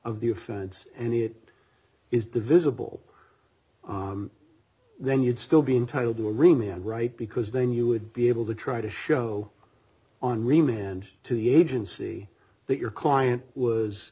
of the offense and it is divisible then you'd still be entitled to a room in right because then you would be able to try to show on remand to the agency that your client was